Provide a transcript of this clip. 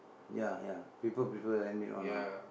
ya ya people prefer handmade one lah